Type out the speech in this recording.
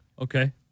Okay